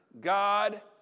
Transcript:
God